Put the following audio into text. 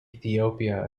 ethiopia